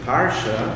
Parsha